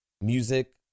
music